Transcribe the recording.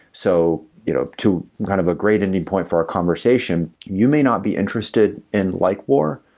so you know to kind of a great ending point for our conversation, you may not be interested in likewar,